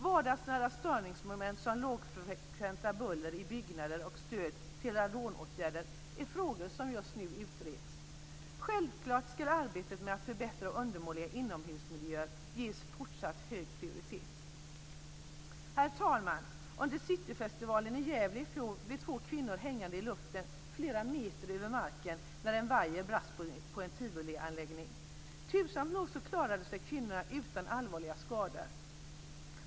Vardagsnära störningsmoment, som lågfrekvent buller i byggnader och stöd till radonåtgärder, är frågor som just nu utreds. Självklart ska arbetet med att förbättra undermåliga inomhusmiljöer ges fortsatt hög prioritet. Herr talman! Under Cityfestivalen i Gävle i fjol blev två kvinnor hängande i luften flera meter över marken när en vajer brast på en tivolianläggning. Tursamt nog klarade sig kvinnorna utan allvarliga skador.